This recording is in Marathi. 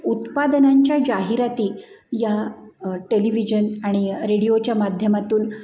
उत्पादनांच्या जाहिराती या टेलिव्हिजन आणि रेडिओच्या माध्यमातून